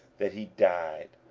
that he died.